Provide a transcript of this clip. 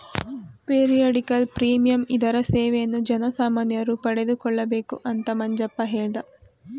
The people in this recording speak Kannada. ಪೀರಿಯಡಿಕಲ್ ಪ್ರೀಮಿಯಂ ಇದರ ಸೇವೆಯನ್ನು ಜನಸಾಮಾನ್ಯರು ಪಡಕೊಬೇಕು ಅಂತ ಮಂಜಪ್ಪ ಹೇಳ್ದ